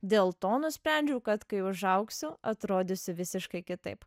dėl to nusprendžiau kad kai užaugsiu atrodysiu visiškai kitaip